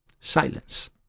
silence